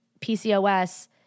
PCOS